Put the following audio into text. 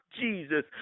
Jesus